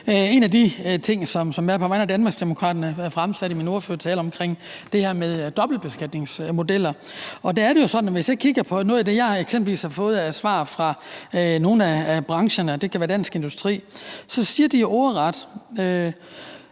en af de ting, som jeg på vegne af Danmarksdemokraterne fremsatte i min ordførertale, nemlig det her med dobbeltbeskatningsmodeller. Der er det jo sådan, hvis jeg kigger på nogle af de svar, jeg eksempelvis har fået fra nogle af brancherne, det kan være Dansk Industri, at de ordret